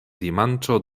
dimanĉo